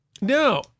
No